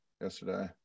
yesterday